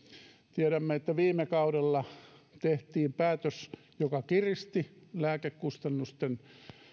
tiedämme että viime kaudella tehtiin päätös joka kiristi lääkekustannusten